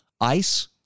ICE